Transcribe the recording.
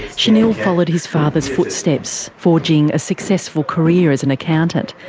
shanil followed his father's footsteps, forging a successful career as an accountant,